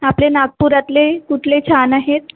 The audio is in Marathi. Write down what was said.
आपले नागपुरातले कुठले छान आहेत